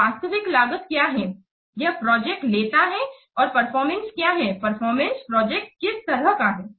तो वास्तविक लागत क्या है यह प्रोजेक्ट लेता है और परफॉरमेंस क्या है परफॉरमेंस प्रोजेक्ट किस तरह का है